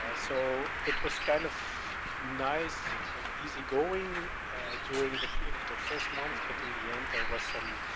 ah so it was kind of nice and easygoing during the the first month but in the end there was some,